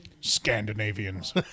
Scandinavians